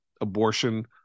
Abortion